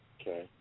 Okay